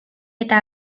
eta